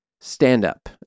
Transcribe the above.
stand-up